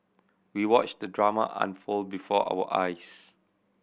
we watched the drama unfold before our eyes